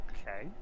Okay